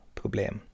problem